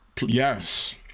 Yes